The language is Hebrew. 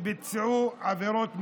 שביצעו עבירות משמעת.